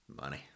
Money